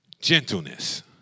gentleness